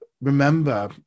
remember